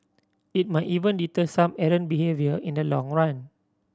it might even deter some errant behaviour in the long run